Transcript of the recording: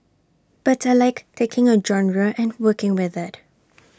but I Like taking A genre and working with IT